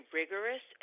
rigorous